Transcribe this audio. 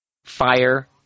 fire